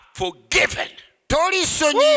forgiven